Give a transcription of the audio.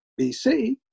BC